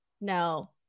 No